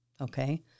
okay